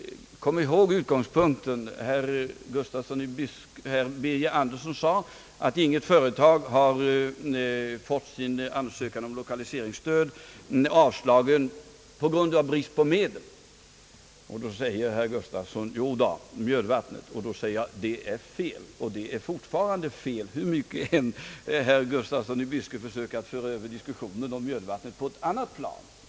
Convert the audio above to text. Kom ihåg den utgångspunkt som herr Birger Andersson nämnde, att inget företag har fått sin ansökan om lokaliseringsstöd avslagen på grund av brist på medel. Då säger herr Gustafsson: Jo då, Mjödvattnet! Det är fel, hur mycket herr Gustafsson än försöker föra över diskussionen om Mjödvattnet på ett annat plan.